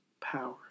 power